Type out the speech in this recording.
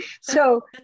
So-